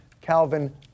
calvin